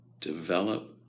Develop